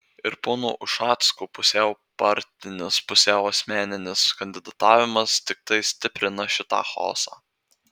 ir pono ušacko pusiau partinis pusiau asmeninis kandidatavimas tiktai stiprina šitą chaosą